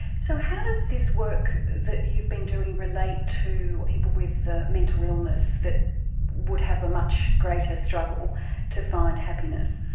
so how does this work that you've been doing relate to people with mental illness that would have a much greater struggle to find happiness?